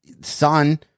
son